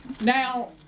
Now